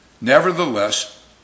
Nevertheless